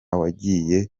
wagiye